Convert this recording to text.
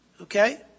Okay